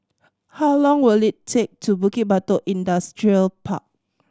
how long will it take to Bukit Batok Industrial Park